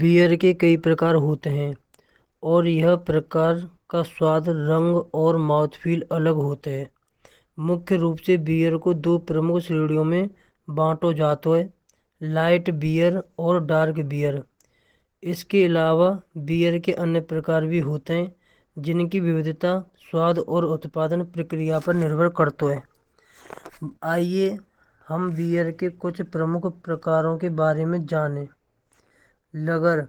बीयर कई कई प्रकार होतै हैं और यह प्रकार का स्वाद रंग और महु आग होतै हैं। मुख्य रूप से बीयर को दो प्रमुख श्रेणियों में बाँटि जातो हैं। लाइट बीयर और डार्क बीयर। इसके अलावा बीयर के अन्य प्रकार भी होते हैं। किनकी विविध स्वाद और उत्पादन प्रक्रिया पर निर्भर करतौ हैं। आईये हम बीयर के कुछ प्रमुख प्रकारों के बारे में जानें। लागर